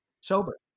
sober